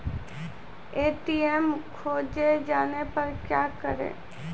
ATM खोजे जाने पर क्या करें?